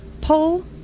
pull